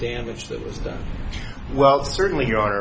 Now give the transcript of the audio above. damage that was done well certainly